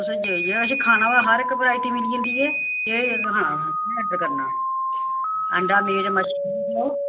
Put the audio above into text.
तुस जेहड़ा किश खाना हर इक बराइयटी मिली जंदी ऐ केह् खाना तुसे पंसद करना अंडा मीट मच्छी